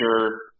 sure